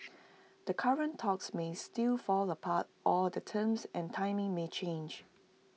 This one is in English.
the current talks may still fall apart or the terms and timing may change